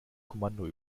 kommando